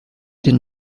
den